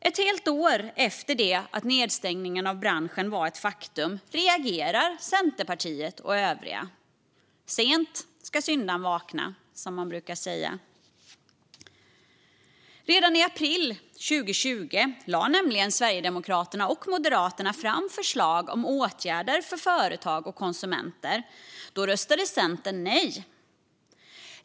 Ett helt år efter det att nedstängningen av branschen blev ett faktum reagerar Centerpartiet och övriga. Sent ska syndaren vakna, som man brukar säga. Redan i april 2020 lade nämligen Sverigedemokraterna och Moderaterna fram förslag om åtgärder för företag och konsumenter. Då röstade Centern nej.